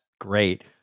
great